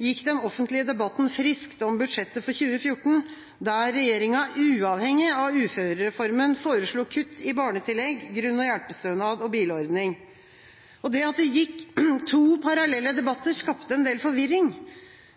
gikk den offentlige debatten friskt om budsjettet for 2014, der regjeringa uavhengig av uførereformen, foreslo kutt i barnetillegg, grunn- og hjelpestønad og bilordning. Det at det gikk to parallelle debatter, skapte en del forvirring.